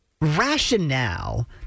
Rationale